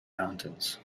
mountains